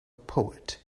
poet